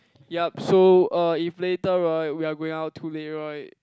yup so uh if later right we are going out too late right